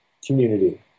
Community